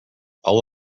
all